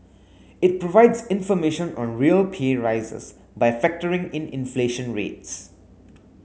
it provides information on real pay rises by factoring in inflation rates